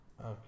Okay